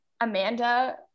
Amanda